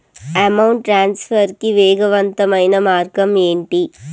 amount transfer కి వేగవంతమైన మార్గం ఏంటి